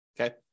okay